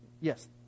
Yes